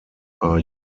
are